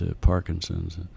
Parkinson's